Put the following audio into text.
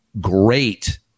great